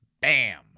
Bam